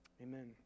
Amen